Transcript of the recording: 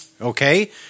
Okay